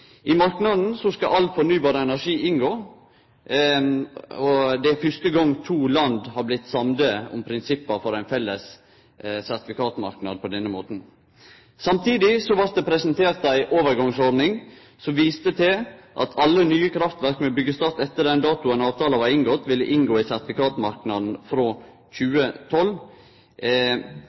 I marknaden skal all fornybar energi inngå. Det er fyrste gong to land har blitt samde om prinsippa for ein felles sertifikatmarknad på denne måten. Samtidig blei det presentert ei overgangsordning der ein viste til at alle nye kraftverk med byggjestart etter den datoen då avtala blei inngått, ville inngå i sertifikatmarknaden frå 2012,